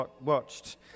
Watched